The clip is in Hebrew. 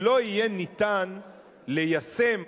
שלא יהיה אפשר ליישם,